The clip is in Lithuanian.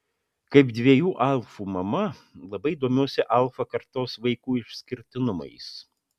kaip dviejų alfų mama labai domiuosi alfa kartos vaikų išskirtinumais